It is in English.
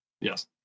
Yes